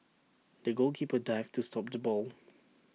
the goalkeeper dived to stop the ball